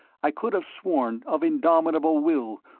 i could have sworn of indomitable will,